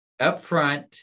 upfront